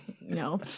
No